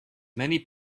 many